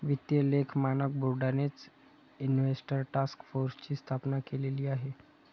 वित्तीय लेख मानक बोर्डानेच इन्व्हेस्टर टास्क फोर्सची स्थापना केलेली आहे